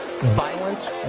Violence